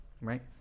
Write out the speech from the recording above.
right